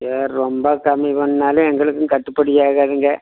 ரொம்ப கம்மி பண்ணினாலும் எங்களுக்கும் கட்டுபடி ஆகாதுங்க